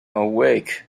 awake